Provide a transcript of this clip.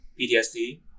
PTSD